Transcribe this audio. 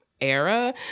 era